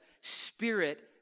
spirit